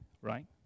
right